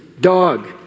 dog